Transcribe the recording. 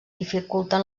dificulten